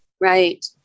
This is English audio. Right